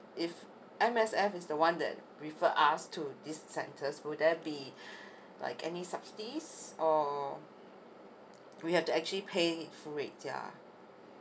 if M_S_F is the one that refer us to these centers would there be like any subsidies or we have to actually pay full rate ya